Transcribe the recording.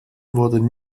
wurden